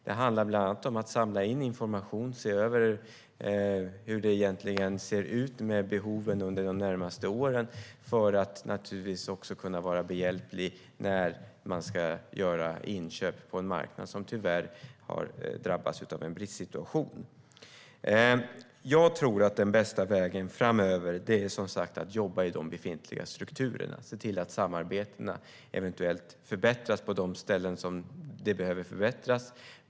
Det handlar bland annat om att samla in information och se över hur det egentligen ser ut med behoven de närmaste åren. Det handlar också om att kunna vara behjälplig när man ska göra inköp på en marknad som tyvärr har drabbats av en bristsituation. Jag tror att den bästa vägen framöver är att jobba i de befintliga strukturerna. Det handlar om att se till att samarbetena eventuellt förbättras på de ställen som de behöver förbättras.